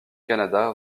canada